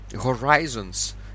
horizons